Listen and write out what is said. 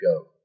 go